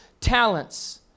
talents